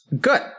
Good